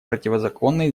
противозаконной